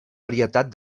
varietat